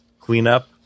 cleanup